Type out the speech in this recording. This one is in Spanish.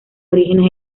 orígenes